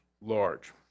large